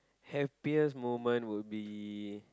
happiest moment would be